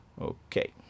okay